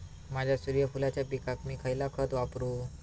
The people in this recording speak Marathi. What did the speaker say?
माझ्या सूर्यफुलाच्या पिकाक मी खयला खत वापरू?